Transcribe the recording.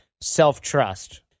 self-trust